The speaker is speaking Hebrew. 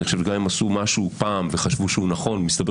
אני חושב שגם אם עשו משהו פעם וחשבו שהוא נכון ומסתבר